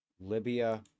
Libya